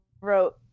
wrote